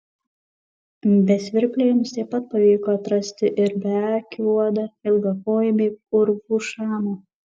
be svirplio jiems taip pat pavyko atrasti ir beakį uodą ilgakojį bei urvų šamą